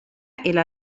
إلى